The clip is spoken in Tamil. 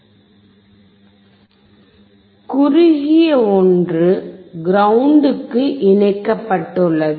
தகுறுகிய ஒன்று கிரௌண்டுக்கு இணைக்கப்பட்டுள்ளது